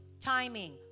timing